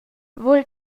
vul